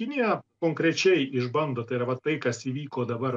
kinija konkrečiai išbando tai yra vat tai kas įvyko dabar